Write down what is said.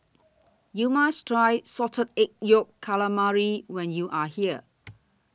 YOU must Try Salted Egg Yolk Calamari when YOU Are here